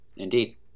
indeed